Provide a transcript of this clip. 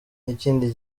n’ikindi